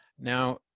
Now